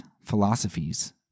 philosophies